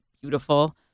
beautiful